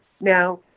Now